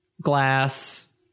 glass